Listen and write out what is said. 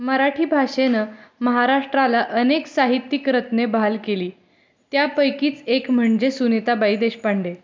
मराठी भाषेनं महाराष्ट्राला अनेक साहित्यिक रत्ने बहाल केली त्यापैकीच एक म्हणजे सुनीताबाई देशपांडे